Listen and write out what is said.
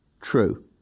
true